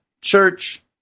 church